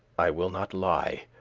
i will not lie,